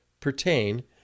pertain